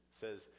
says